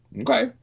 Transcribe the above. Okay